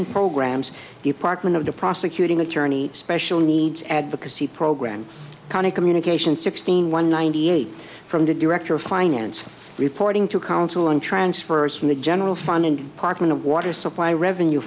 programs department of the prosecuting attorney special needs advocacy program county communications sixteen one ninety eight from the director of finance reporting to council on transfers from the general fund and apartment of water supply revenue